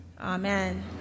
Amen